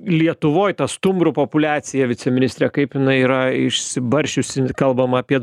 lietuvoj ta stumbrų populiacija viceministre kaip jinai yra išsibarsčiusi kalbam apie